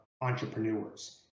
entrepreneurs